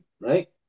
right